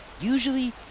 usually